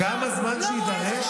כמה זמן שיידרש